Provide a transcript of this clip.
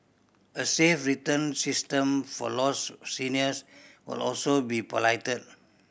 a safe return system for lost seniors will also be piloted